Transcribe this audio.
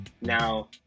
Now